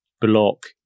block